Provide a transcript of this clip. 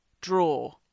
draw